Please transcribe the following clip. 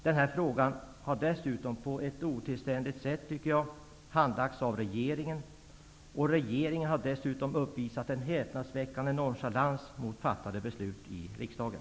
Den här frågan har på ett otillständigt sätt handlagts av regeringen, och regeringen har dessutom uppvisat en häpnadsväckande nonchalans mot fattade beslut i riksdagen.